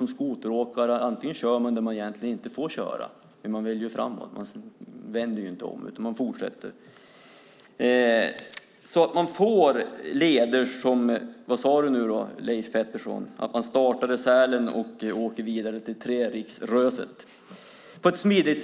En skoteråkare kör då där man egentligen inte får köra, man vill ju framåt i stället för att vända om. Det blir då leder, precis som Leif Pettersson sade, där man startar i Sälen och åker vidare till Treriksröset. Man vill ha en smidig